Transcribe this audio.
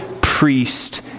priest